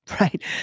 Right